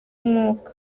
umwuka